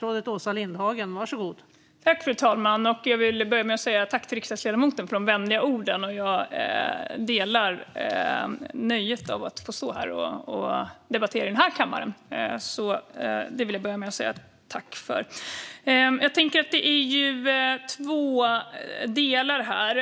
Fru talman! Jag vill börja med att säga tack till riksdagsledamoten för de vänliga orden. Jag delar nöjet att få stå och debattera i den här kammaren. Det finns ju två delar här.